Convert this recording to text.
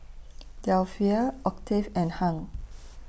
Delphia Octave and Hung